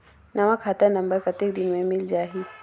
नवा खाता नंबर कतेक दिन मे मिल जाही?